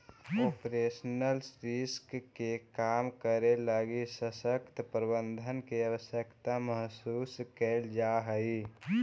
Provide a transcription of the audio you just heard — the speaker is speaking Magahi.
ऑपरेशनल रिस्क के कम करे लगी सशक्त प्रबंधन के आवश्यकता महसूस कैल जा हई